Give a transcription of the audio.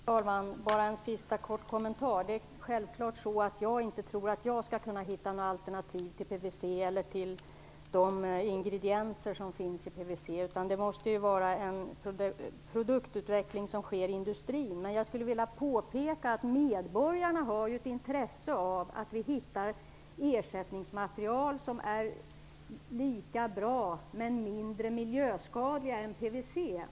Fru talman! Bara en sista kort kommentar. Självklart tror jag inte att jag skall kunna hitta några alternativ till PVC eller till ingredienserna i PVC. Det måste ske en produktutveckling inom industrin. Jag skulle vilja påpeka att medborgarna har ett intresse av att vi hittar ersättningsmaterial som är lika bra men mindre miljöskadliga än PVC.